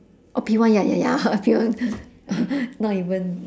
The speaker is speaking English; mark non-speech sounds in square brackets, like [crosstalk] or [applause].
oh P one ya ya ya [laughs] P one [laughs] not even